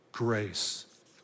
grace